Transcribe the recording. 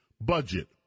budget